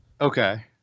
Okay